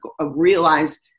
realize